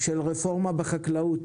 של רפורמה בחקלאות,